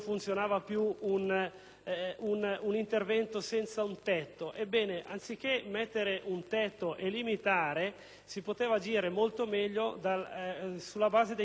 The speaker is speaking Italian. un intervento senza un tetto. Ebbene, anziché mettere un tetto e limitare, si poteva agire molto meglio sulla base dei criteri tecnici, dando,